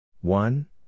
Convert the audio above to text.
One